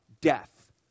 death